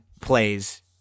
Plays